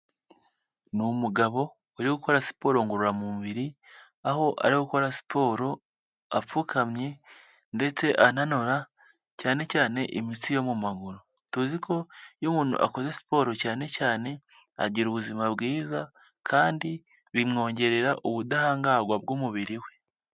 Ni umugabo uri gukora siporo ngororamumubiri, aho ari gukora siporo apfukamye ndetse ananura cyane cyane imitsi yo mu maguru. Tuzi ko iyo umuntu akoze siporo cyane cyane, agira ubuzima bwiza kandi bimwongerera ubudahangarwa bw'umubiri we.